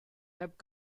heb